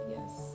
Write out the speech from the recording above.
Yes